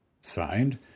Signed